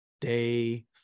day